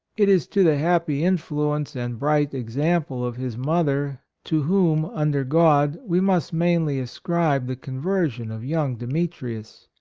it is to the happy influence and bright exam ple of his mother, to whom, under god, we must mainly ascribe the conversion of young demetrius.